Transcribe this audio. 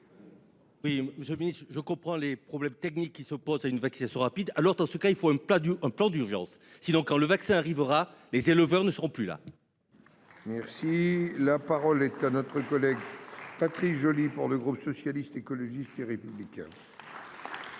Monsieur le ministre, je comprends les problèmes techniques qui s'opposent à une vaccination rapide. Mais, dans ce cas, il faut un plan d'urgence. Sinon, quand le vaccin arrivera, les éleveurs ne seront plus là ! La parole est à M. Patrice Joly, pour le groupe Socialiste, Écologiste et Républicain.